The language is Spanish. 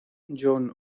jon